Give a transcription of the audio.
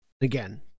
Again